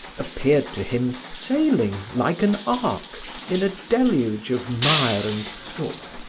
appeared to him sailing like an ark in a deluge of mire and soot.